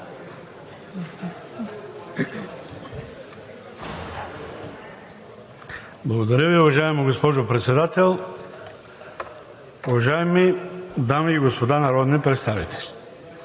Благодаря Ви. Уважаема госпожо Председател, уважаеми дами и господа народни представители!